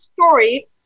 story